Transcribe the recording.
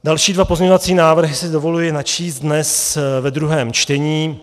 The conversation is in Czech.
Další dva pozměňovací návrhy si dovoluji načíst dnes ve druhém čtení.